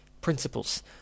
principles